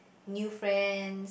new friend